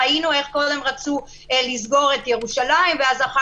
ראינו איך קודם רצו לסגור את ירושלים ואז איך